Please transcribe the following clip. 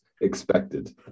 expected